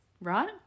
Right